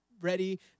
ready